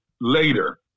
later